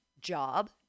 job